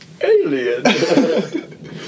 Alien